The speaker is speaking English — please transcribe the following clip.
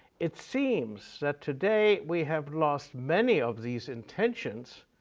it seems that today we have lost many of these intentions.